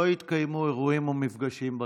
לא יתקיימו אירועים או מפגשים בכנסת.